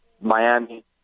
miami